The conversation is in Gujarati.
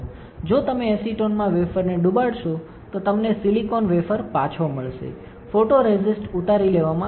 જો તમે એસિટોનમાં વેફરને ડૂબાડો તો તમને સિલિકોન વેફર પાછો મળશે ફોટોરેસિસ્ટ ઉતારી લેવામાં આવશે